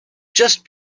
just